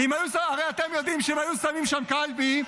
הרי אתם יודעים שאם היו שמים שם קלפי,